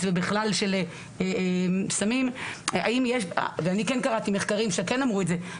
ובכלל של סמים ואני כן קראתי מחקרים שכן אמרו את זה,